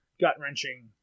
gut-wrenching